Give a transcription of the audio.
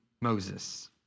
Moses